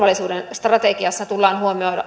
strategiassa tullaan